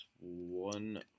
One